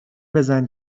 بزن